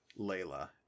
Layla